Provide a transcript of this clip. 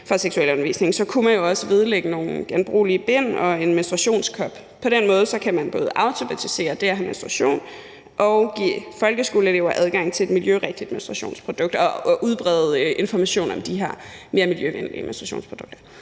pose med kondomer med hjem, kunne man jo også vedlægge nogle genbrugelige bind og en menstruationskop. På den måde kan man både aftabuisere det at have menstruation og give folkeskoleelever adgang til et miljørigtigt menstruationsprodukt og udbrede information om de her mere miljøvenlige menstruationsprodukter.